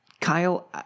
Kyle